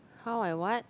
how I what